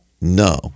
No